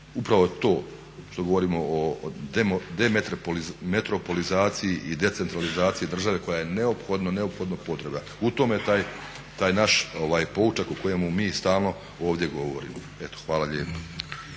upravo to što govorimo o demetropolizaciji i decentralizaciji države koja je neophodno potrebna. U tome je taj naš poučak o kojemu mi stalno ovdje govorimo. Eto hvala lijepa.